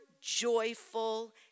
joyful